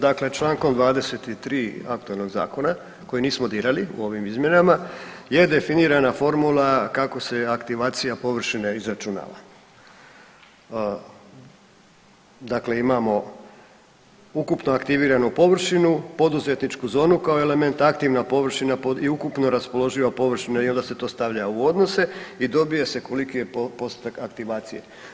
Dakle čl. 23 aktualnog Zakona koji nismo dirali u ovim izmjenama je definirana formula kako se aktivacija površine izračunava, dakle imamo ukupno aktiviranu površinu, poduzetničku zonu kao element aktivna površina i ukupno raspoloživa površina i onda se to stavlja u odnose i dobije se koliki je postotak aktivacije.